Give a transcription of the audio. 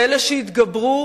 באלה שהתגברו